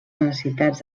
necessitats